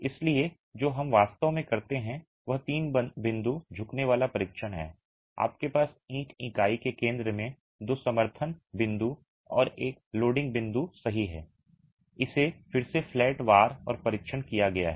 इसलिए जो हम वास्तव में करते हैं वह तीन बिंदु झुकने वाला परीक्षण है आपके पास ईंट इकाई के केंद्र में दो समर्थन बिंदु और एक लोडिंग बिंदु सही है इसे फिर से फ्लैट वार और परीक्षण किया गया है